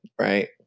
right